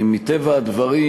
מטבע הדברים,